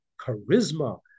charisma